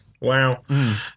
Wow